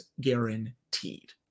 guaranteed